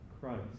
Christ